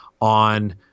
on